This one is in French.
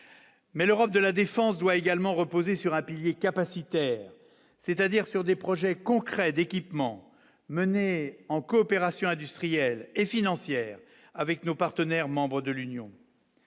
mais l'Europe de la défense doit également reposer sur un pilier capacité, c'est-à-dire sur des projets concrets d'équipements mené en coopération industrielle et financière avec nos partenaires membres de l'Union.